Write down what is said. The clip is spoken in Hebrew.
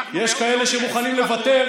אנחנו מיעוט לאומי,